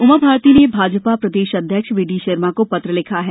उमा भारती ने भाजपा प्रदेश अध्यक्ष वीडी शर्मा को पत्र लिखा है